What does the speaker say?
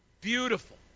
Beautiful